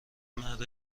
مرد